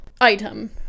item